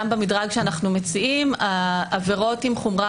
גם במדרג שאנחנו מציעים עבירות עם חומרה